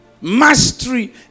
Mastery